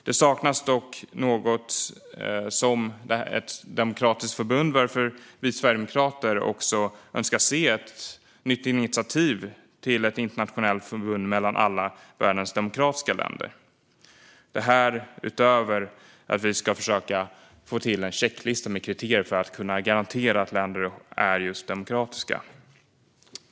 Det saknar dock något som demokratiskt förbund, varför vi sverigedemokrater önskar se ett nytt initiativ till ett internationellt förbund mellan alla världens demokratiska länder. Det är utöver att vi ska försöka få till en checklista med kriterier för att kunna garantera att länder är just demokratiska.